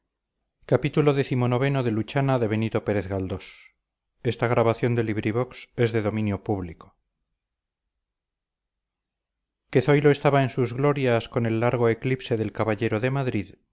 que zoilo estaba en sus glorias con el largo eclipse del caballero de madrid